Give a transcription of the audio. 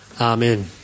Amen